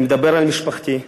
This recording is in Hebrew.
אני מדבר על משפחתי,